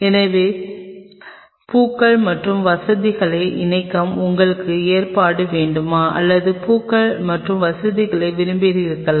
எனவே உள்ளது பூக்கள் மற்றும் வசதிகளை இணைக்க உங்களுக்கு ஏற்பாடு வேண்டுமா அல்லது பூக்கள் மற்றும் வசதியை விரும்புகிறீர்களா